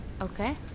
Okay